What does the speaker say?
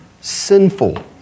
sinful